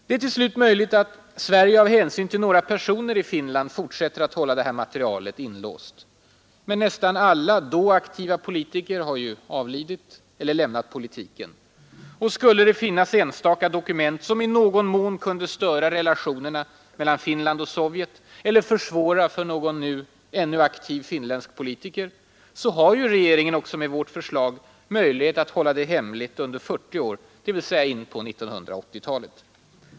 Det är till slut möjligt att Sverige av hänsyn till några personer i Nr 139 Tisdagen den 12 december 1972 enstaka dokument som i någon mån kunde störa relationerna mellan Finland fortsätter att hålla det här materialet inlåst. Men nästan alla då aktiva politiker har ju avlidit eller lämnat politiken. Och skulle det finnas för någon ännu aktiv finländsk politiker, så har ju regeringen, också med vårt förslag, möjlighet att hålla det hemligt under 40 år, dvs. in på 1980-talet.